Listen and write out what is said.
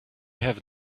have